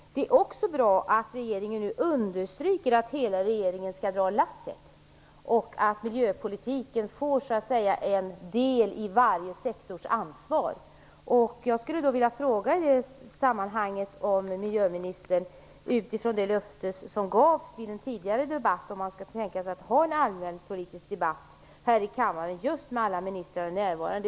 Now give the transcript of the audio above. Det är också bra att regeringen nu understryker att hela regeringen skall dra lasset och att miljöpolitiken får en del i varje sektors ansvar. Jag skulle i det sammanhanget vilja fråga om miljöministern, utifrån det löfte som gavs vid en tidigare debatt, kan tänka sig en allmän miljöpolitisk debatt här i kammaren med alla ministrar närvarande.